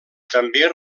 també